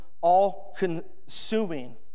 all-consuming